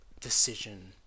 decision